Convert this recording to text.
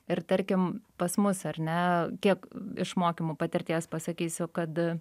ir tarkim pas mus ar ne kiek iš mokymų patirties pasakysiu kad